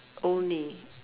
only